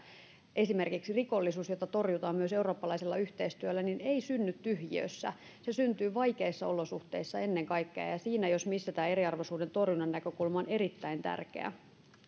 esimerkiksi rikollisuus jota torjutaan myös eurooppalaisella yhteistyöllä ei synny tyhjiössä se syntyy vaikeissa olosuhteissa ennen kaikkea ja siinä jos missä tämä eriarvoisuuden torjunnan näkökulma on erittäin